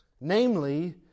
Namely